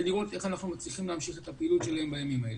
לראות איך אנחנו מצליחים להמשיך את הפעילות שלהם בימים האלה.